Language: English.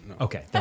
Okay